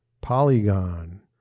Polygon